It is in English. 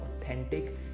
authentic